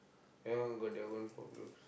everyone got their own problem